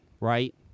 right